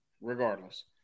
Regardless